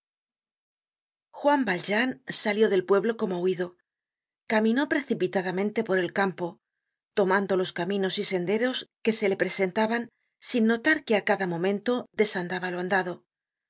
juan valjean salió del pueblo como huido caminó precipitadamente por el campo tomando los caminos y senderos que se le presentaban sin notar que á cada momento desandaba bandado